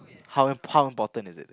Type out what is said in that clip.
how important is it